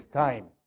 time